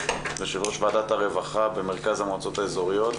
יושב ראש ועדת הרווחה במרכז המועצות האזורית.